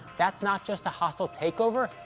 that's not just a hostile takeover.